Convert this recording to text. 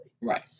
right